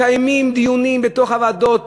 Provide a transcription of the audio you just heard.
מקיימים דיונים בוועדות,